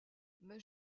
mais